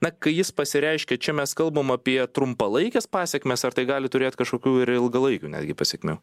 na kai jis pasireiškia čia mes kalbam apie trumpalaikes pasekmes ar tai gali turėt kažkokių ir ilgalaikių netgi pasekmių